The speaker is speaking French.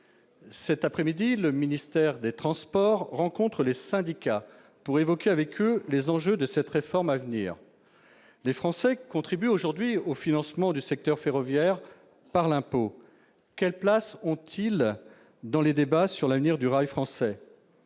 Cet après-midi, la ministre des transports rencontre les syndicats pour évoquer avec eux les enjeux de cette réforme à venir. Or les Français contribuent aujourd'hui au financement du secteur ferroviaire par l'impôt. Mais quelle place ont-ils dans les débats sur l'avenir du rail ?